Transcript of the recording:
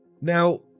Now